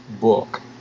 book